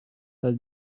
dal